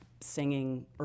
singing